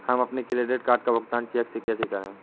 हम अपने credit card का भुगतान चेक से कैसे करें?